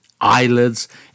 eyelids